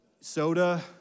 Soda